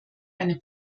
eine